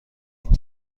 این